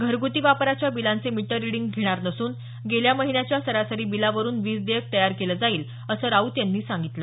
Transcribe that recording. घरग्रती वापराच्या बिलांचे meter reading घेणार नसून गेल्या महिन्याच्या सरासरी बिलावरून वीज देयक तयार केलं जाईल असं राऊत यांनी सांगितलं